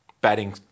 batting